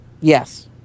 Yes